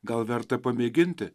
gal verta pamėginti